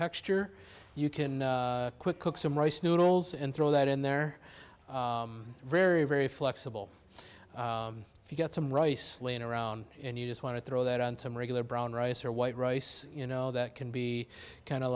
texture you can quick cook some rice noodles and throw that in there very very flexible if you get some rice laying around and you just want to throw that on some regular brown rice or white rice you know that can be kind of